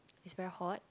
it's very hot